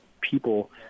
people